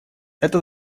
это